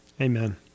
Amen